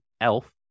Elf